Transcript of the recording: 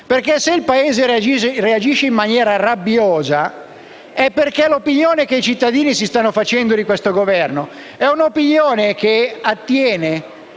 Se infatti il Paese reagisce in maniera rabbiosa, è quella che i cittadini si stanno facendo di questo Governo è un'opinione che attiene